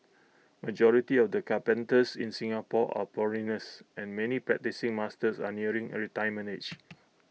majority of the carpenters in Singapore are foreigners and many practising masters are nearing A retirement age